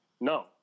no